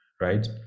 right